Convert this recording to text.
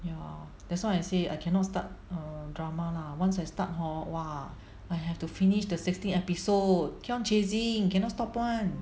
ya that's why I say I cannot start err drama lah once I start hor !wah! I have to finish the sixteen episode keep on chasing cannot stop [one]